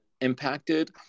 impacted